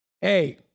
hey